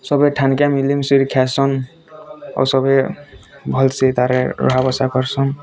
ସଭିଏ ଠାନ୍ କେ ମିଲିମିଶି କରି ଖାଏସନ୍ ଆଉ ସଭିଏ ଭଲ୍ସେ ତାରି ରହା ବସା କରସନ୍